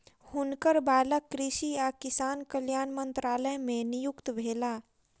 हुनकर बालक कृषि आ किसान कल्याण मंत्रालय मे नियुक्त भेला